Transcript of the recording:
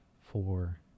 four